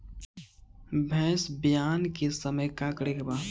भैंस ब्यान के समय का करेके बा?